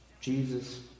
Jesus